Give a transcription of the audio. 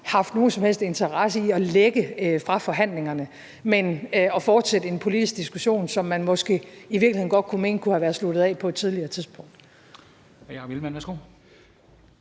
haft nogen som helst interesse i at lække fra forhandlingerne og fortsætte en politisk diskussion, som man måske i virkeligheden godt kunne mene kunne have været sluttet af på et tidligere tidspunkt.